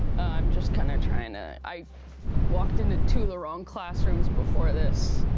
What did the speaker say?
i'm just kind of trying to i walked into two of the wrong classrooms before this,